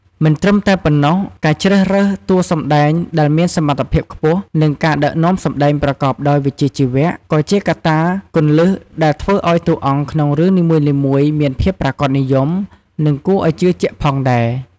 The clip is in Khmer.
មិនត្រឹមតែប៉ុណ្ណោះ ការជ្រើសរើសតួសម្ដែងដែលមានសមត្ថភាពខ្ពស់ និងការដឹកនាំសម្ដែងប្រកបដោយវិជ្ជាជីវៈ ក៏ជាកត្តាគន្លឹះដែលធ្វើឲ្យតួអង្គក្នុងរឿងនីមួយៗមានភាពប្រាកដនិយម និងគួរឲ្យជឿជាក់ផងដែរ។